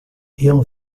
ele